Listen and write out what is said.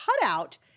cutout